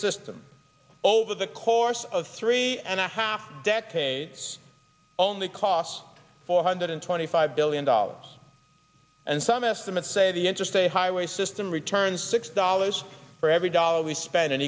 system over the course of three and a half decades only cost four hundred twenty five billion dollars and some estimates say the interstate highway system returns six die always for every dollar we spend